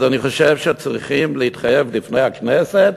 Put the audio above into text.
אז אני חושב שצריכים להתחייב בפני הכנסת,